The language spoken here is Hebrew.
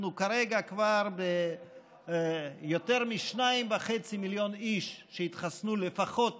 כרגע כבר יותר מ-2.5 מיליון איש התחסנו לפחות